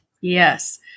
Yes